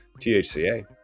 THCA